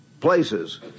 places